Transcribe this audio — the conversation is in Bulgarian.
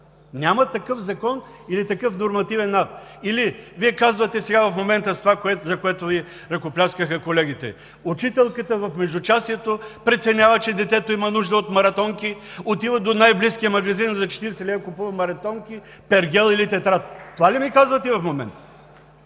Няма такъв закон или такъв нормативен акт! Вие казвате в момента – това, за което Ви ръкопляскаха колегите: учителката в междучасието преценява, че детето има нужда от маратонки, отива до най-близкия магазин и за 40 лв. купува маратонки, пергел или тетрадка. Това ли ми казвате в момента?!